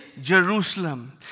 Jerusalem